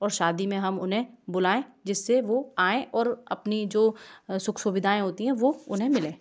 और शादी में हम उन्हें बुलाएं जिससे वो आएं और अपनी जो सुख सुविधाएं होती है वो उन्हें मिले